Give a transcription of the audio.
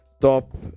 top